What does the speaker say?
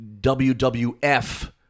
WWF